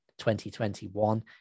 2021